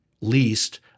least